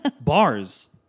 Bars